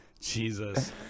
Jesus